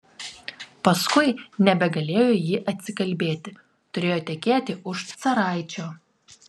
paskui nebegalėjo ji atsikalbėti turėjo tekėti už caraičio